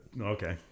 Okay